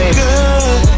good